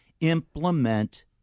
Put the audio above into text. implement